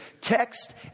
Text